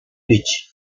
beach